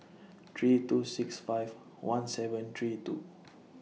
three two six five one seven three two